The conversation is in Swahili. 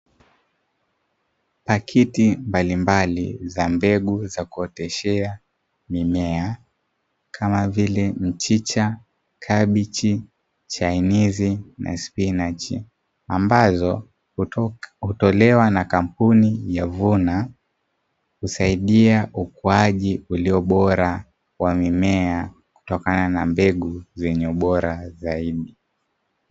Pakiti mbalimbali za mbegu za kuoteshea mimea kama vile mchicha, kabichi, chainizi na spinachi ambazo hutolewa na kampuni ya vuna kusaidia ukuaji ulio bora wa mimea kutokana na mbegu zenye ubora zaidi.